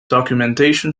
documentation